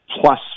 plus